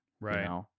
Right